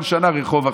כל שנה רחוב אחר.